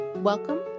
Welcome